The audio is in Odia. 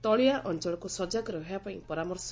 ତଳିଆ ଅଅଳକୁ ସଜାଗ ରହିବାପାଇଁ ପରାମର୍ଶ